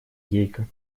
гейка